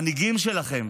המנהיגים שלכם,